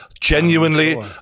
genuinely